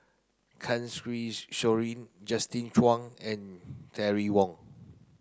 Soin Justin Zhuang and Terry Wong